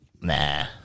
Nah